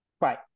Right